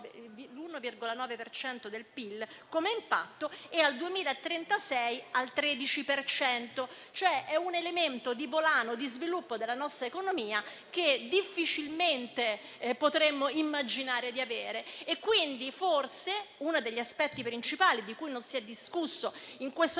del PIL come impatto e al 2036 per il 13 per cento. È cioè un elemento di volano e di sviluppo della nostra economia che difficilmente potremmo immaginare di avere. Uno degli aspetti principali di cui non si è discusso in questo